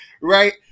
right